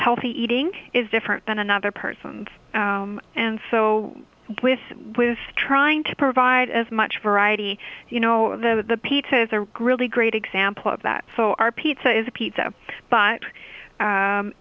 healthy eating is different than another person's and so with with trying to provide as much variety you know the pizzas are really great example of that so our pizza is a pizza but